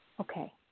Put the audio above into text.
Okay